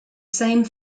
same